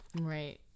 Right